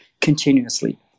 continuously